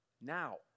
now